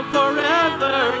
Forever